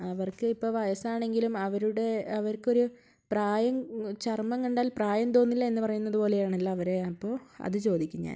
അവർക്ക് ഇപ്പോൾ വയസാണെങ്കിലും അവരുടേ അവർക്കൊരു പ്രായം ചർമം കണ്ടാൽ പ്രായം തോന്നില്ല എന്ന് പറയുന്നത് പോലേയാണല്ലോ അവർ അപ്പോൾ അത് ചോദിക്കും ഞാൻ